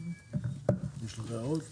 יש לך הערות?